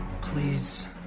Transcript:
please